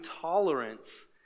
tolerance